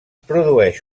produeix